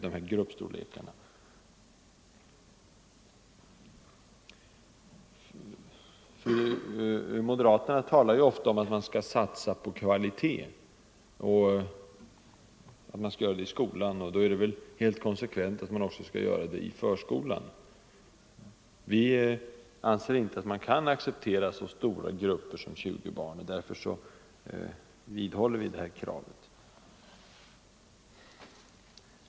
Moderaterna talar ofta om att man skall satsa på kvalitet i skolan. Då är det väl konsekvent att göra det också i förskolan. Vi anser att man inte kan acceptera så stora grupper som 20 barn, och därför vidhåller vi vårt krav.